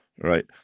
Right